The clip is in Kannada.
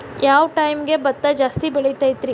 ಯಾವ ಟೈಮ್ಗೆ ಭತ್ತ ಜಾಸ್ತಿ ಬೆಳಿತೈತ್ರೇ?